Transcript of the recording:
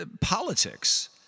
politics